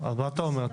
מה אתה אומר?